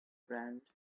ground